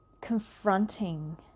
Confronting